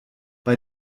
bei